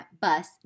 bus